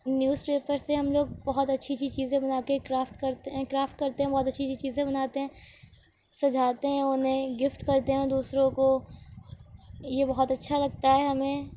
newspaper سے ہم لوگ بہت اچھی چھی چیزیں بنا کے کرافٹ کرتے ہیں کرافٹ کرتے ہیں بہت اچھی چھی چیزیں بناتے ہیں سجاتے ہیں انہیں گفٹ کرتے ہیں دوسروں کو یہ بہت اچھا لگتا ہے ہمیں